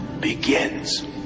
begins